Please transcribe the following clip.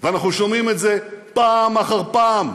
אנחנו שומעים את זה פעם אחר פעם,